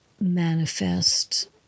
manifest